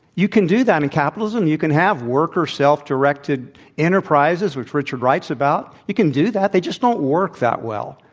you can do that in capitalism. you can have workers self-directed enterprises, which richard writes about. you can do that. they just don't work that well.